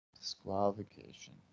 Disqualification